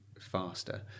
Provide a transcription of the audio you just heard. faster